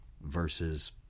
versus